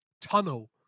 tunnel